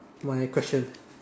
my question